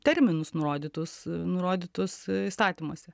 terminus nurodytus nurodytus įstatymuose